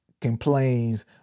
complains